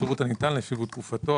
השירות הניתן לפיו ותקופתו,